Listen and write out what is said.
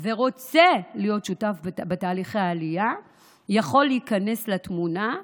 ורוצה להיות שותף בתהליכי העלייה יכול להיכנס לתמונה.